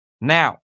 now